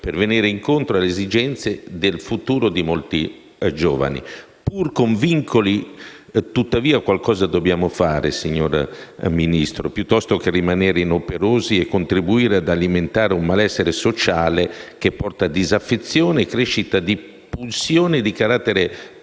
per venire incontro alle esigenze del futuro di molti giovani. Signor Ministro, pur con vincoli, qualcosa dobbiamo fare, piuttosto che rimanere inoperosi e contribuire ad alimentare un malessere sociale che porta disaffezione e crescita di pulsione di carattere populistico